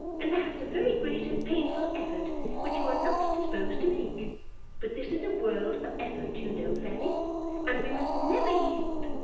and perhaps a very great and painful effort which you are not disposed to make but this is a world of effort you know, fanny, and we must never yield,